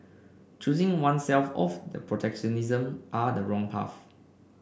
choosing oneself off the protectionism are the wrong path